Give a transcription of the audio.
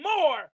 more